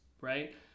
right